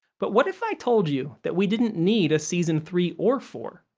but, what if i told you that we didn't need a season three or four,